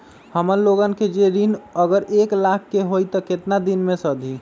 हमन लोगन के जे ऋन अगर एक लाख के होई त केतना दिन मे सधी?